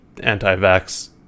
anti-vax